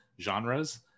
genres